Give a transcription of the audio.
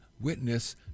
witness